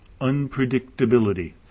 unpredictability